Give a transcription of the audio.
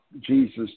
Jesus